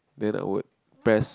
then I would press